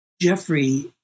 Jeffrey